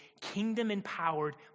kingdom-empowered